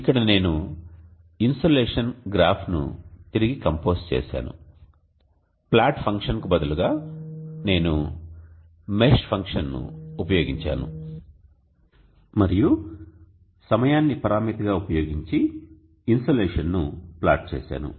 ఇక్కడ నేను ఇన్సోలేషన్ గ్రాఫ్ను తిరిగి కంపోజ్ చేసాను ప్లాట్ ఫంక్షన్కు బదులుగా నేను మెష్ ఫంక్షన్ను ఉపయోగించాను మరియు సమయాన్ని పరామితిగా ఉపయోగించి ఇన్సోలేషన్ను ప్లాట్ చేసాను